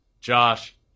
Josh